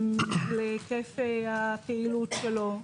להיקף הפעילות שלו.